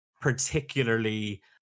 particularly